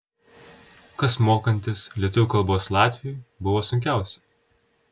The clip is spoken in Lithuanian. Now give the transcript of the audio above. kas mokantis lietuvių kalbos latviui buvo sunkiausia